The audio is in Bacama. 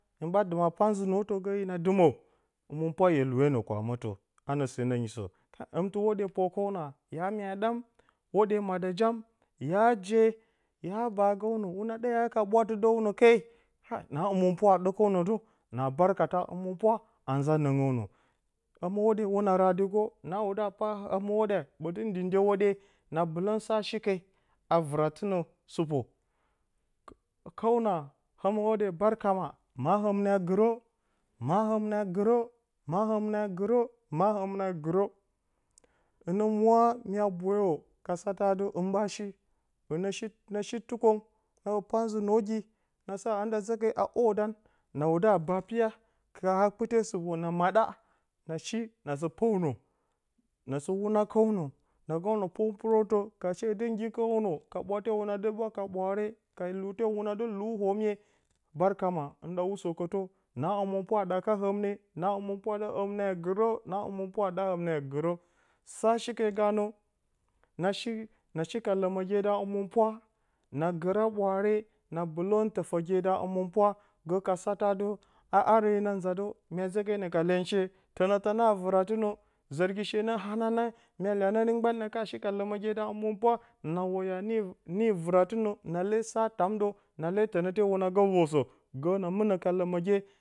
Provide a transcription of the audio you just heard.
Hin ɓa dɨma pa zɨ nuwutə gələ ye na ɗɨmə həmɨnpwa yu luwe nə kwamotə hanə sə na nyisə həmtɨ hwoɗe pəkəwna ya mya ɗam, hwoɗe maɗə jam, ya je ya bagəwnə huuna ɗa ya ka ɓwatɨdəwnə ke pa na həmɨnpwa a ɗɨkəwnə də na barka ta həmɨnpwa a nza nangipuswnə həmə hwoɗe hwuna radi koh na wuda pa həmə hwə ɗye bə dɨ ndi ndyehwoɗe na ɓələn sa shi ke a vɨra tɨnə sɨpo kəwna həmɨ hwoɗe barka ma həmne a gɨrə ma həmne a gɨrə ma həmne a gɨrə hɨnə mura mya boyə ka sa ta dɨ hɨn ɓa shi hɨnə shi nashi tukwon aɓə pa nzɨ-noogi na saa a nda zə ke hwodan na wudə a bə a piya ka a kpite sɨpo na maɗa na shi na sɨ pəwnə na sɨ wu na kəwnə na gəwnə pomporətə ka she dɨ nggikarəwnə ka ɓwate hwuna dɨ ɓwa ka ɓwaare ka lute hwuna dɨ lu ome barka ma hɨn ɗa usəkətə na həmɨnpwa a ɗaka həmne na həmɨnpow a ɗa həmne a gɨrə na həmɨnpwa a ɗa homne a gɨrə sa shi ke ganə na shi na shi ka ləməge da həmɨnpwa na gɨra ɓwaare na bələrən təfəge da həmɨn pwa gə ka sata dɨ a harə hina nza də mya zə ke ne ka iyenshe tənətə na vɨratɨnə zɨrgi she nə hananang mya iyanari mban na ka shi ka ləməge da həmɨnpwa na woyə a nii nii vɨratɨnə na le sa tamdə na le tənə te hwuna gə vərsə gəkələ na mɨnə ka ləməge.